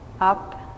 up